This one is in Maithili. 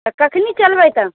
तऽ कखनी चलबै तऽ